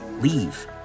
leave